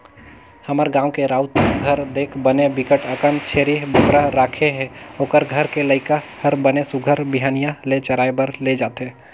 हमर गाँव के राउत घर देख बने बिकट अकन छेरी बोकरा राखे हे, ओखर घर के लइका हर बने सुग्घर बिहनिया ले चराए बर ले जथे